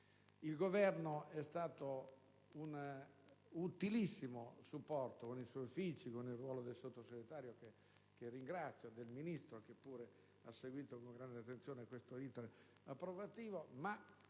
Il Governo è stato un utilissimo supporto, con i suoi uffici ed il ruolo del Sottosegretario, che ringrazio, e del Ministro, che pure ha seguito con grande attenzione questo *iter* in Commissione.